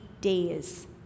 days